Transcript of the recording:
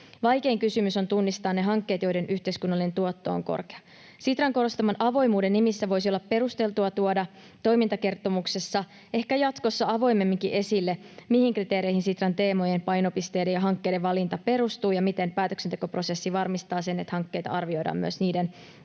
Vaikein kysymys on tunnistaa ne hankkeet, joiden yhteiskunnallinen tuotto on korkea. Sitran korostaman avoimuuden nimissä voisi olla perusteltua tuoda toimintakertomuksessa jatkossa ehkä avoimemminkin esille, mihin kriteereihin Sitran teemojen, painopisteiden ja hankkeiden valinta perustuu ja miten päätöksentekoprosessi varmistaa sen, että hankkeita arvioidaan myös niiden